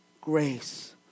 grace